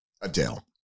Adele